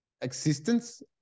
existence